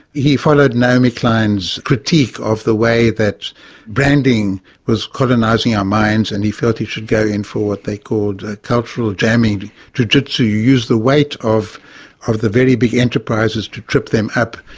he followed naomi klein's critique of the way that branding was colonising our minds, and he felt he should go in for what they called cultural jamming jujitsu you use the weight of of the very big enterprises to trip them up,